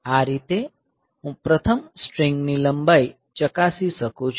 આ રીતે હું પ્રથમ સ્ટ્રીંગની લંબાઈ ચકાસી શકું છું